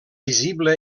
visible